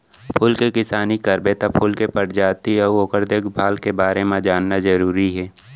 फूल के किसानी करबे त फूल के परजाति अउ ओकर देखभाल के बारे म जानना जरूरी हे